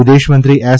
વિદેશમંત્રી એસ